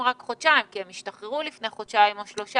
רק חודשיים כי הם השתחררו רק לפני חודשיים או שלושה,